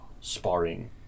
Sparring